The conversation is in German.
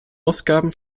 ausgaben